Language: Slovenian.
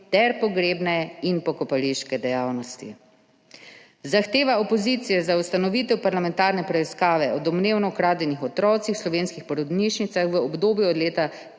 ter pogrebne in pokopališke dejavnosti. Zahteva opozicije za ustanovitev parlamentarne preiskave o domnevno ukradenih otrocih v slovenskih porodnišnicah v obdobju od leta